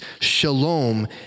shalom